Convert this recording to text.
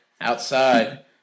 outside